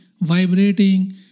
vibrating